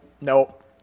nope